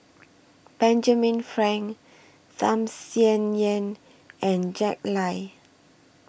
Benjamin Frank Tham Sien Yen and Jack Lai